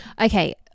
okay